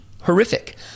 horrific